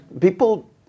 people